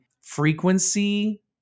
Frequency